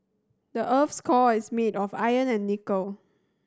the earth's core is made of iron and nickel